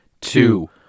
two